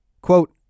Quote